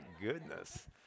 goodness